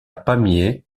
pamiers